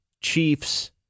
Chiefs